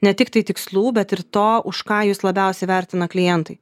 ne tiktai tikslų bet ir to už ką jus labiausiai vertina klientai